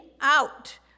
out